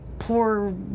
poor